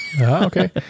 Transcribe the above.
Okay